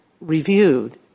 reviewed